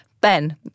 Ben